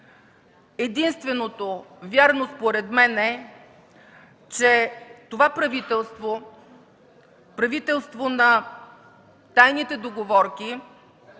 единственото вярно според мен е, че това правителство – правителство на тайните договорки,